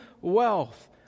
wealth